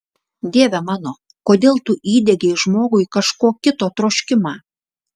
dieve mano kodėl tu įdiegei žmogui kažko kito troškimą